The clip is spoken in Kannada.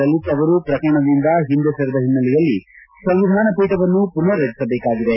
ಲಲಿತ್ ಅವರು ಪ್ರಕರಣದಿಂದ ಒಂದೆ ಸರಿದ ಹಿನ್ನೆಲೆಯಲ್ಲಿ ಸಂವಿಧಾನ ಪೀಠವನ್ನು ಪುನರ್ ರಚಿಸಬೇಕಾಗಿದೆ